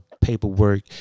paperwork